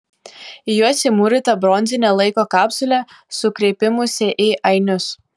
į juos įmūryta bronzinė laiko kapsulė su kreipimusi į ainius